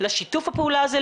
לשיתוף הפעולה הזה,